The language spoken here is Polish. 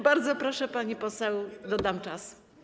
Bardzo proszę, pani poseł, dodam czas.